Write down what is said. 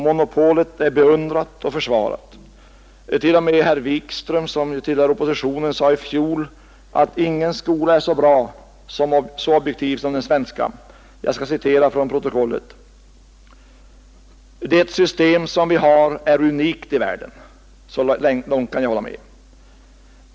Monopolet är beundrat och försvarat. T. o. m. herr Wikström, som tillhör oppositionen, sade i fjol att ingen skola är så bra och så objektiv som den svenska. Jag citerar från protokollet: ”Det system som vi har är unikt i världen.” — Så långt kan jag hålla med herr Wikström.